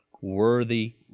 worthy